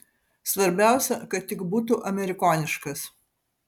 svarbiausia kad tik būtų amerikoniškas